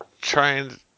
trying